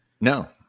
No